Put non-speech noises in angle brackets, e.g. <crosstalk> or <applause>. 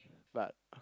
but <noise>